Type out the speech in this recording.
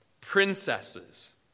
princesses